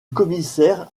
commissaire